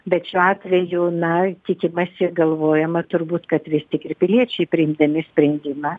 bet šiuo atveju na tikimasi galvojama turbūt kad vis tik ir piliečiai priimdami sprendimą